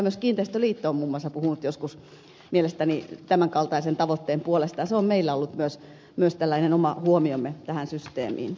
myös kiinteistöliitto on muun muassa puhunut joskus mielestäni tämänkaltaisen tavoitteen puolesta ja se on meillä ollut myös tällainen oma huomiomme tähän systeemiin